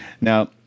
Now